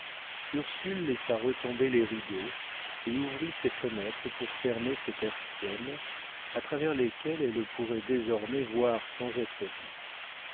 ursule laissa retomber les rideaux et ouvrit ses fenêtres pour fermer ses persiennes à travers lesquelles elle pourrait désormais voir sans être vue